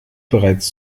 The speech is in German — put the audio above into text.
bereits